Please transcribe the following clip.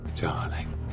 Darling